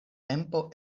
tempo